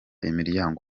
imiryango